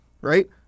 right